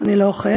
אני לא אוכל.